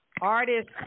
artist